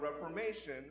Reformation